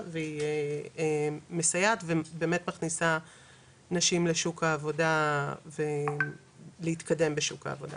והיא מסייעת ובאמת מכניסה נשים לשוק העבודה ולהתקדם בשוק העבודה